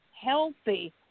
healthy